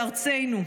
בארצנו.